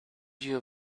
view